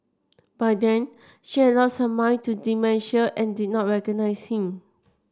by then she had lost her mind to dementia and did not recognise him